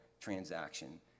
transaction